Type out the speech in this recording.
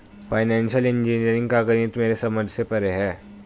financial engineering का गणित मेरे समझ से परे है